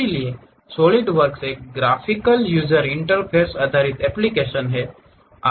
इसलिए सॉलिडवर्क्स एक graphical user interface आधारित एप्लीकेशन है